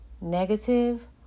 negative